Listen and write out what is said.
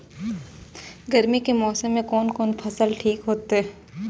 गर्मी के मौसम में कोन कोन फसल ठीक होते?